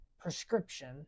prescription